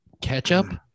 Ketchup